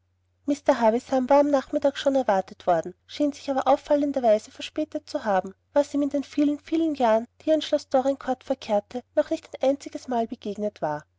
mr havisham war am nachmittag schon erwartet worden schien sich aber auffallenderweise verspätet zu haben was ihm in den vielen vielen jahren die er in schloß dorincourt verkehrte noch nicht ein einziges mal begegnet war